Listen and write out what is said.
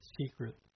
secret